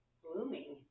blooming